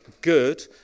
good